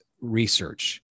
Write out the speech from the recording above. research